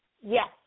yes